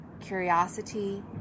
Curiosity